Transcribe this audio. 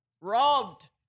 robbed